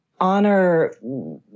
honor